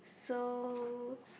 so